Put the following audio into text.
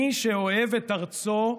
מי שאוהב את ארצו,